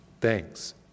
Thanks